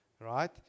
right